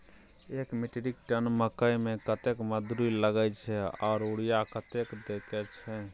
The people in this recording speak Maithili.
एक मेट्रिक टन मकई में कतेक मजदूरी लगे छै आर यूरिया कतेक देके छै?